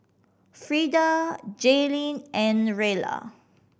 Frida Jalynn and Rella